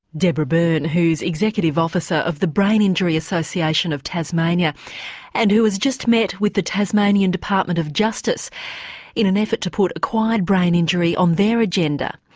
deborah byrne who's executive officer of the brain injury association of tasmania and who has just met with the tasmanian department of justice in an effort to put acquired brain injury on their agenda.